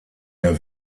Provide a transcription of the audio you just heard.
der